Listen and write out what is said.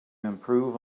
improve